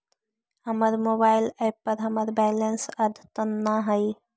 हमर mobile app पर हमर बैलेंस अद्यतन ना हई